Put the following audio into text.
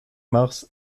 mars